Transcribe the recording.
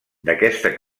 d’aquesta